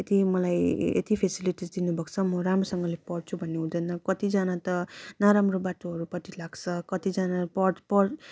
यति मलाई यति फेसिलिटिस् दिनुभएको म राम्रोसँगले पढ्छु भन्ने हुँदैन कतिजना त नराम्रो बाटोहरूपटि लाग्छ कतिजना पढ् पढ्